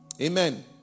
amen